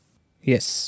Yes